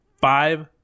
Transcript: five